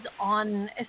on